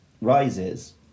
Rises